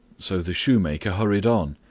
so the shoemaker hurried on,